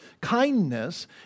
Kindness